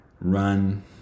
run